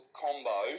combo